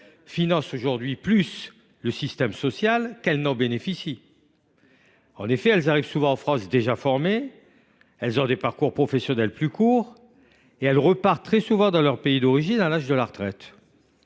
financent davantage le système social qu’elles n’en bénéficient. En effet, elles arrivent souvent en France déjà formées, elles ont des parcours professionnels plus courts et elles repartent souvent dans leur pays d’origine à l’âge de la retraite.